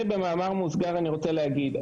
ובמאמר מוסגר אני רוצה להגיד,